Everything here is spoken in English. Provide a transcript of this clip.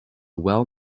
well